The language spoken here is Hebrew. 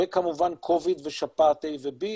וכמובן 19-COVID ושפעת A ו-B,